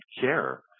care